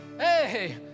hey